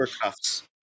cuffs